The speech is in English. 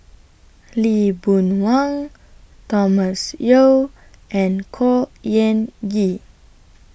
Lee Boon Wang Thomas Yeo and Khor Ean Ghee